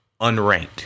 unranked